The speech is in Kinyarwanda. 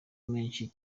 menshi